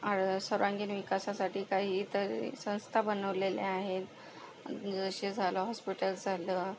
सर्वांगीण विकासासाठी काही इतर संस्था बनवलेल्या आहे जसे झालं हॉस्पिटल्स झालं